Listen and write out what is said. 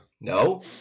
no